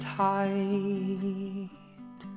tight